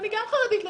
גם אני חרדית לשעבר.